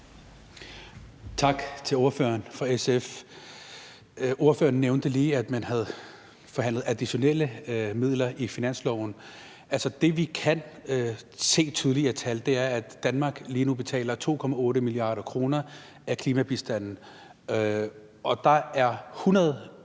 Tak til ordføreren fra SF. Ordføreren nævnte lige, at man havde forhandlet additionelle midler i finansloven. Altså, det, vi kan se tydeligt ud fra tallene, er, at Danmark lige nu betaler 2,8 mia. kr. i klimabistand. Og der er det